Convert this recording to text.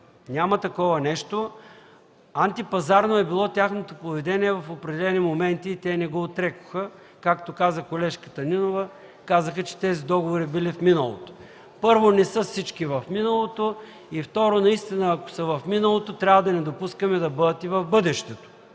Няма такова нещо! Антипазарно е било тяхното поведение в определени моменти и те не го отрекоха. Както каза колежката Нинова, казаха, че тези договори били в миналото. Първо, не са всички в миналото, а второ, ако наистина са в миналото, трябва да не допускаме да бъдат и в бъдещето,